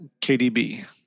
KDB